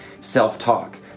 self-talk